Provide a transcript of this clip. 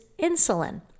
insulin